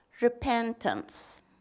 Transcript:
repentance